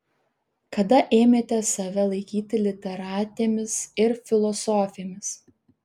kada ėmėte save laikyti literatėmis ir filosofėmis